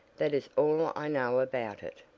that is all i know about it.